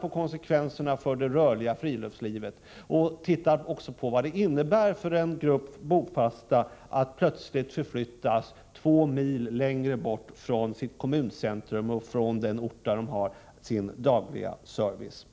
och konsekvenserna för det rörliga friluftslivet samt även se på vad det innebär för en grupp bofasta att plötsligt förflyttas 2 mil längre bort från sitt kommuncentrum och från den ort där man har sin dagliga service?